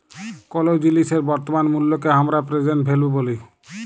কোলো জিলিসের বর্তমান মুল্লকে হামরা প্রেসেন্ট ভ্যালু ব্যলি